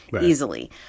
easily